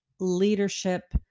leadership